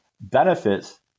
Benefits